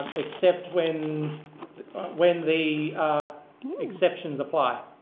except when when the exceptions apply.